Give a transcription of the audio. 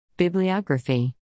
Bibliography